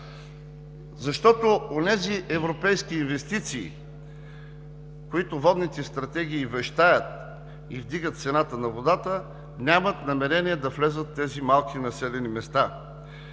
защото онези европейски инвестиции, които водните стратегии вещаят и вдигат цената на водата, нямат намерение да влязат в тези населени места.